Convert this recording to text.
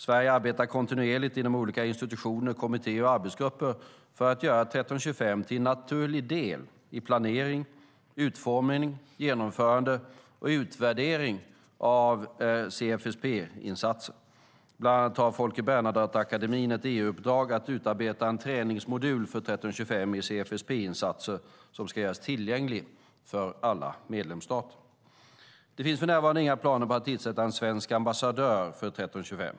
Sverige arbetar kontinuerligt inom olika institutioner, kommittéer och arbetsgrupper för att göra 1325 till en naturlig del i planering, utformning, genomförande och utvärdering av GSFP-insatser. Bland annat har Folke Bernadotteakademin ett EU-uppdrag att utarbeta en träningsmodul för 1325 i GSFP-insatser som ska göras tillgänglig för alla medlemsstater. Det finns för närvarande inga planer på att tillsätta en svensk ambassadör för 1325.